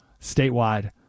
statewide